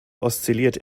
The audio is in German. oszilliert